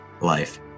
life